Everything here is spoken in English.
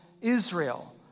Israel